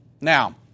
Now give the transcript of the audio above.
Now